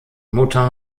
mutter